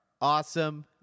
awesome